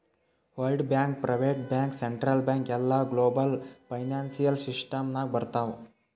world bank, private bank, central bank ಎಲ್ಲಾ global financial system ನಾಗ್ ಬರ್ತಾವ್